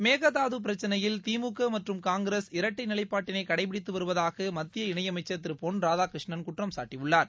மேகதாது பிரச்சினையில் திமுக மற்றும் காங்கிரஸ் இரட்டை நிலைப்பாட்டினை கடைபிடித்து வருவதாக மத்திய இணை அமைச்ச் திரு பொன் ராதாகிருஷ்ணன் குற்றம்சாட்டியுள்ளார்